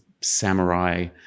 samurai